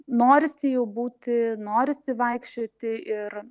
norisi jau būti norisi vaikščioti ir